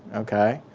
okay.